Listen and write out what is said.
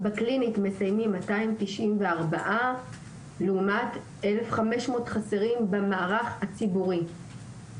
בקלינית מסיימים 294 לעומת 1,500 חסרים במערך הציבורי.